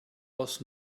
was